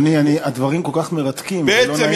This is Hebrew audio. אדוני, הדברים כל כך מרתקים, אבל לא נעים לי.